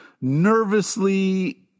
nervously